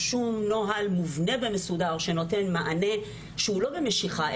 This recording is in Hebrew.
שום נוהל מובנה ומסודר שנותן מענה שהוא לא במשיכה,